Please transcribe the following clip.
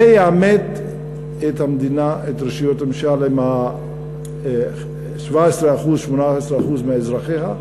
זה יעמת את המדינה ואת רשויות הממשלה עם 17% 18% מאזרחיה,